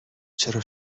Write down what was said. چرا